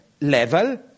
level